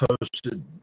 posted